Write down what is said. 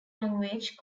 language